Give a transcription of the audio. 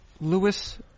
Lewis